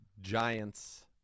Giants